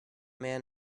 man